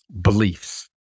beliefs